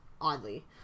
oddly